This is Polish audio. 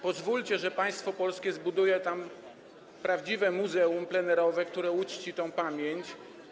Pozwólcie, że państwo polskie zbuduje tam prawdziwe muzeum plenerowe, które uczci tę pamięć.